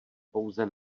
pouze